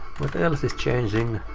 what else is changing?